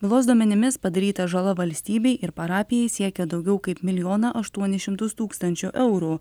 bylos duomenimis padaryta žala valstybei ir parapijai siekia daugiau kaip milijoną aštuonis šimtus tūkstančių eurų